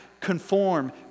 conform